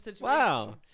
wow